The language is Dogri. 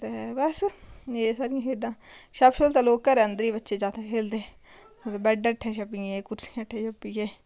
ते बस एह् साढ़ियां खेढां छप्प छपौल ते लोक घरै अंदर बच्चे ज्यादा खेलदे बैड हेठ छप्पियै कुर्सियै हेठै छप्पियै